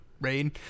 rain